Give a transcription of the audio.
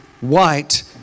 white